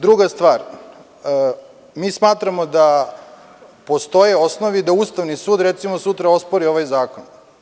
Druga stvar, mi smatramo da postoje osnovi da, recimo, Ustavni sud sutra ospori ovaj zakon.